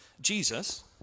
Jesus